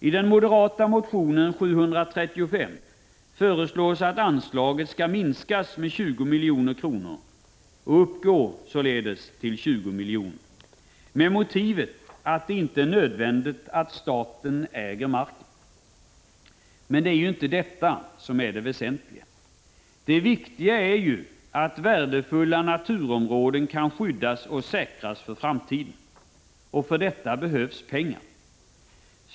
I den moderata motionen 735 föreslås att anslaget skall minskas med 20 milj.kr., och således uppgå till 20 miljoner, med motiveringen att det inte är nödvändigt att staten äger marken. Men det är ju inte detta som är det väsentliga. Det viktiga är ju att värdefulla naturområden kan skyddas och säkras för framtiden, och för detta behövs pengar.